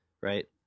right